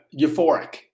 euphoric